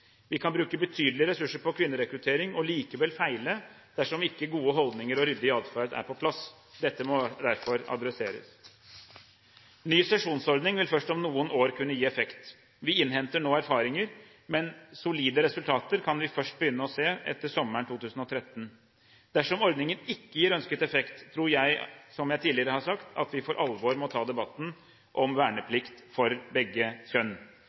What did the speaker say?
Vi kan bruke betydelige ressurser på kvinnerekruttering og likevel feile dersom ikke gode holdninger og ryddig atferd er på plass. Dette må derfor adresseres. Ny sesjonsordning vil først om noen år kunne gi effekt. Vi innhenter nå erfaringer, men solide resultater kan vi først begynne å se etter sommeren 2013. Dersom ordningen ikke gir ønsket effekt, tror jeg, som jeg tidligere har sagt, at vi må for alvor ta debatten om verneplikt for begge kjønn.